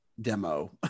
demo